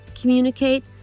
communicate